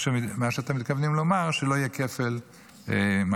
מה שמתכוונים לומר, שלא יהיה כפל מענקים.